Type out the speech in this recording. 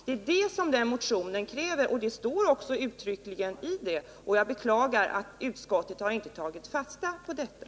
Det är det som krävs i motionen, och det framhålls också uttryckligen i denna. Jag beklagar att utskottet inte har tagit fasta på detta.